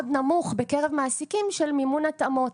נמוך בקרב מעסיקים של מימון התאמות.